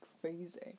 crazy